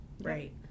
Right